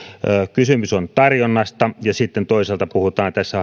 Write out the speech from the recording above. kysymys on tarjonnasta ja sitten toisaalta puhutaan tässä